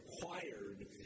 required